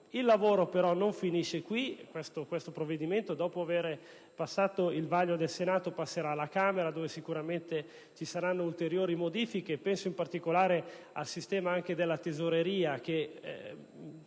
Il lavoro però non finisce qui: il provvedimento, dopo aver passato il vaglio del Senato, passerà alla Camera dei deputati dove sicuramente ci saranno ulteriori modifiche; penso in particolare al sistema della Tesoreria, che